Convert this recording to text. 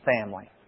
family